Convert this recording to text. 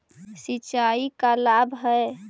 सिंचाई का लाभ है?